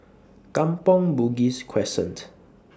Kampong Bugis Crescent